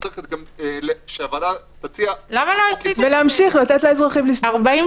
שהוועדה- -- ולהמשיך לתת לאזרחים לסבול.